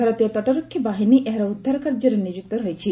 ଭାରତୀୟ ତଟରକ୍ଷୀ ବାହିନୀ ଏହାର ଉଦ୍ଧାର କାର୍ଯ୍ୟରେ ନିୟୋଜିତ ରହିଛି